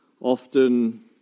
often